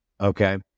Okay